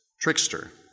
trickster